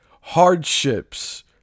hardships